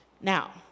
Now